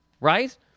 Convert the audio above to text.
right